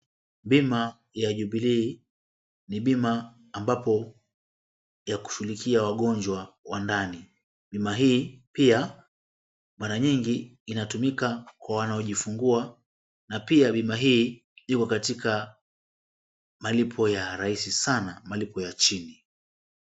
Bima ya Jubilee ni bima ambayo inashughilikia wagonjwa wa ndani, mara nyingi inatumika kwa wanaojifungua ikiwa katika malipo rahisi sana ya chini.